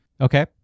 okay